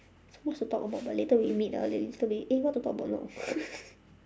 so much to talk about but later we meet ah later we eh what to talk about now